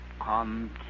Come